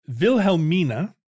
Wilhelmina